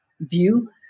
view